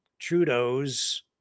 Trudeau's